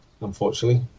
unfortunately